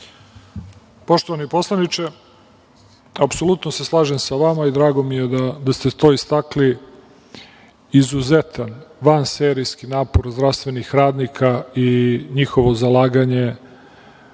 Poštovani poslaniče, apsolutno se slažem sa vama i drago mi je da ste to istakli - izuzetan, vanserijski napor zdravstvenih radnika i njihovo zalaganje